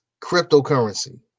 cryptocurrency